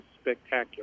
spectacular